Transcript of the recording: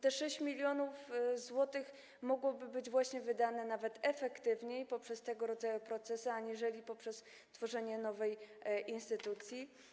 Te 6 mln zł mogłoby być wydane nawet efektywniej przez tego rodzaju procesy aniżeli poprzez tworzenie nowej instytucji.